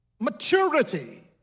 maturity